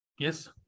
Yes